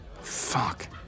Fuck